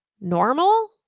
normal